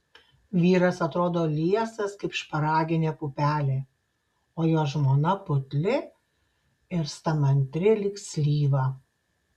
vyras atrodo liesas kaip šparaginė pupelė o jo žmona putli ir stamantri lyg slyva